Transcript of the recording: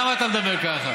יש תחנות, למה אתה מדבר ככה?